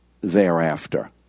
thereafter